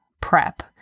prep